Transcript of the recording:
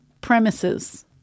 premises